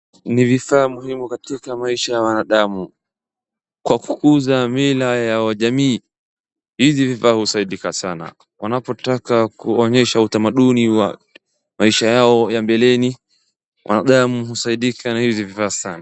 Ni vifaa muhimu katika maisha ya wanadamu kwa kukuza mila za wanajamii. Hivi vifaa husaidia sana wanapotaka kuonyesha utamaduni wa maisha yao ya mbeleni, binadamu husaidika na hivi vifaa sana.